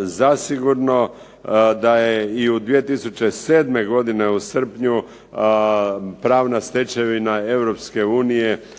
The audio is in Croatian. Zasigurno da je i 2007. godine u srpnju pravna stečevina EU